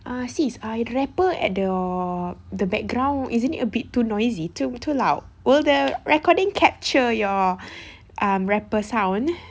ah sis ah the wrapper at your the background isn't it a bit too noisy too too loud will the recording capture your um wrapper sound